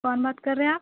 کون بات کر رہے ہیں آپ